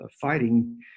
fighting